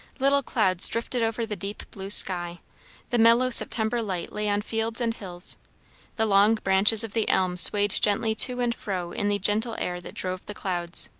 little clouds drifted over the deep blue sky the mellow september light lay on fields and hills the long branches of the elm swayed gently to and fro in the gentle air that drove the clouds.